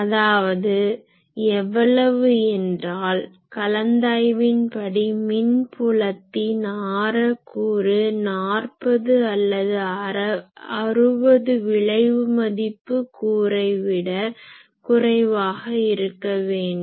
அதாவது எவ்வளவு என்றால் கலந்தாய்வின்படி மின் புலத்தின் ஆர கூறு 40 அல்லது 60 விழைவு மதிப்பு கூறைவிட குறைவாக இருக்க வேண்டும்